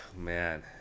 man